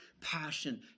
passion